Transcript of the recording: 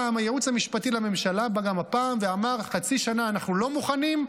הייעוץ המשפטי לממשלה בא גם הפעם ואמר: חצי שנה אנחנו לא מוכנים,